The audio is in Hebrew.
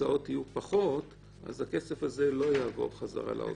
ההוצאות יהיו פחות אז הכסף הזה לא יעבור חזרה לאוצר.